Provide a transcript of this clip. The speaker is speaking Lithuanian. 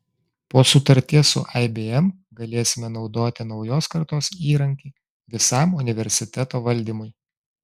po sutarties su ibm galėsime naudoti naujos kartos įrankį visam universiteto valdymui